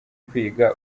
kwiga